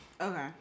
okay